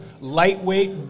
lightweight